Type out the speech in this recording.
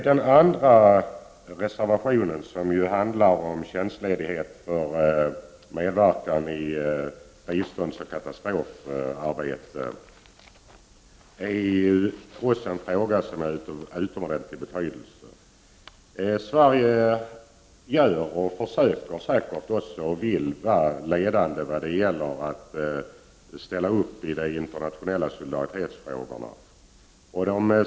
Den andra reservationen, som ju handlar om tjänstledighet för medverkan i biståndsoch katastrofarbete, är också av utomordentligt stor betydelse. Sverige vill vara och försöker säkert också vara ledande då det gäller att ställa upp i de internationella solidaritetsfrågorna.